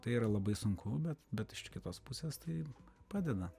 tai yra labai sunku bet bet iš kitos pusės tai padeda